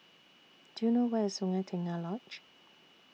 Do YOU know Where IS Sungei Tengah Lodge